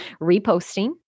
reposting